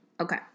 Okay